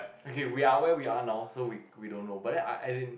okay we are where we are now so we we don't know but then I as in